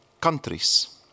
countries